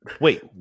Wait